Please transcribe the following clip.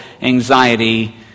anxiety